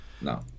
no